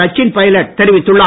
சச்சின் பைலட் தெரிவித்துள்ளார்